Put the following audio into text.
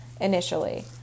initially